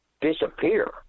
disappear